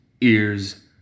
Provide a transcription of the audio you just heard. ears